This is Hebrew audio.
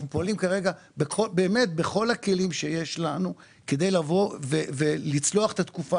אנחנו פועלים כרגע בכל הכלים שיש לנו כדי לצלוח את התקופה